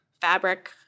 Fabric